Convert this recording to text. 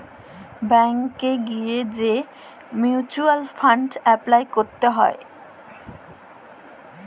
ব্যাংকে যাঁয়ে যে মিউচ্যুয়াল ফাল্ড এপলাই ক্যরতে হ্যয়